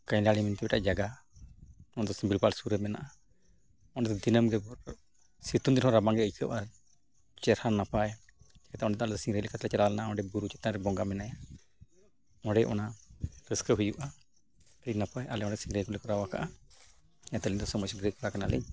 ᱠᱟᱹᱭ ᱫᱟᱲᱮ ᱧᱩᱛᱩᱢᱛᱮ ᱢᱤᱫᱴᱟᱱ ᱡᱟᱭᱜᱟ ᱚᱱᱟ ᱫᱚ ᱥᱤᱢᱲᱤᱯᱟᱲ ᱥᱩᱨ ᱨᱮ ᱢᱮᱱᱟᱜᱼᱟ ᱚᱸᱰᱮ ᱫᱚ ᱫᱤᱱᱟᱹᱢ ᱜᱮ ᱥᱤᱛᱩᱝᱫᱤᱱ ᱦᱚᱸ ᱨᱟᱵᱟᱝ ᱜᱮ ᱟᱹᱭᱠᱟᱹᱜᱼᱟ ᱪᱮᱦᱨᱟ ᱱᱟᱯᱟᱭ ᱪᱤᱠᱟᱹᱛᱮ ᱚᱸᱰᱮ ᱫᱚ ᱥᱤᱝᱨᱟᱹᱭ ᱞᱮᱠᱟ ᱛᱮᱞᱮ ᱪᱟᱞᱟᱣ ᱞᱮᱱᱟ ᱚᱸᱰᱮ ᱵᱩᱨᱩ ᱪᱮᱛᱟᱱ ᱨᱮ ᱵᱚᱸᱜᱟ ᱢᱮᱱᱟᱭᱟ ᱚᱸᱰᱮ ᱚᱱᱟ ᱨᱟᱹᱥᱠᱟᱹ ᱦᱩᱭᱩᱜᱼᱟ ᱟᱹᱰᱤ ᱱᱟᱯᱟᱭ ᱟᱞᱮ ᱚᱸᱰᱮ ᱥᱤᱝᱨᱟᱹᱭ ᱠᱚᱞᱮ ᱵᱮᱱᱟᱣ ᱟᱠᱟᱜᱼᱟ ᱚᱱᱟᱛᱮ ᱟᱹᱞᱤᱧ ᱫᱚ ᱥᱚᱢᱟᱡᱽ ᱥᱤᱝᱨᱟᱹᱭ ᱠᱚᱲᱟ ᱠᱟᱱᱟᱞᱤᱧ